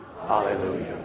Hallelujah